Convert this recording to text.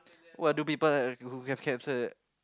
what do people who have cancer